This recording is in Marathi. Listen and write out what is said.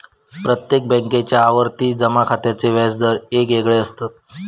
प्रत्येक बॅन्केच्या आवर्ती जमा खात्याचे व्याज दर येगयेगळे असत